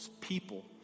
people